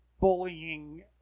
bullying